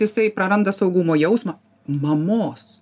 jisai praranda saugumo jausmą mamos